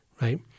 right